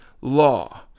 law